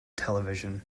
television